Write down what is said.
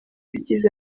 yagize